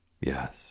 Yes